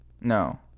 No